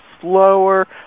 slower